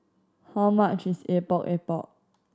how much is Epok Epok